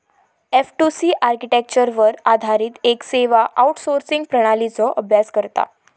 F two C आर्किटेक्चरवर आधारित येक सेवा आउटसोर्सिंग प्रणालीचो अभ्यास करता